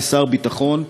כשר הביטחון,